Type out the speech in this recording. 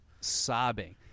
sobbing